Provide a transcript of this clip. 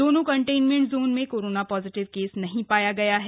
दोनों containment zone में corona positive case नहीं पाया गया है